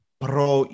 pro